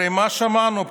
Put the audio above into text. הרי מה שמענו פה?